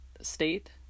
state